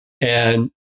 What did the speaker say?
And-